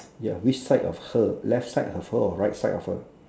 ya which side of her left side of her or right side of her